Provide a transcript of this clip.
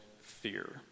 fear